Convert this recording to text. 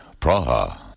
Praha